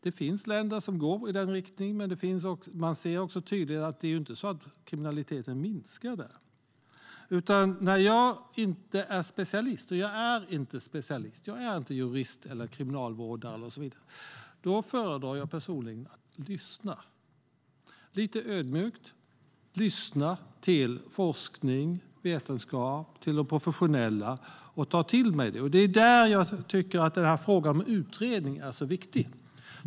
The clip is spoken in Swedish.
Det finns länder som går i den riktningen, men det är inte så att kriminaliteten minskar där. Eftersom jag inte är specialist - jag är varken jurist eller kriminalvårdare - föredrar jag att lyssna lite ödmjukt till forskning och vetenskap och till de professionella och ta till mig det. Det är därför jag tycker att frågan om utredning är så viktig.